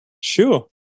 Sure